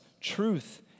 truth